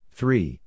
Three